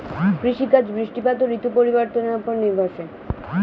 কৃষিকাজ বৃষ্টিপাত ও ঋতু পরিবর্তনের উপর নির্ভরশীল